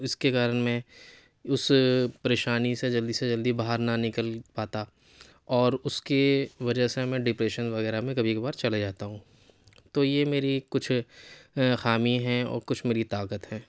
جس کے کارن میں اس پریشانی سے جلدی سے جلدی باہر نہ نکل پاتا اور اس کی وجہ سے میں ڈپریشن وغیرہ میں کبھی کبھار چلا جاتا ہوں تو یہ میری کچھ خامی ہیں اور کچھ میری طاقت ہیں